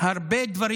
היא הרבה דברים.